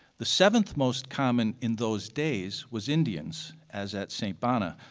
the seventh most common in those days was indians as at st. bona,